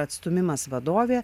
atstūmimas vadovė